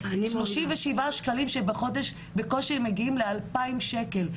אבל שלושים ושבעה שקלים שבחודש בקושי הם מגיעים לאלפיים שקל.